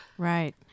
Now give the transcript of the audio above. Right